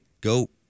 go